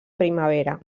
primavera